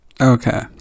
okay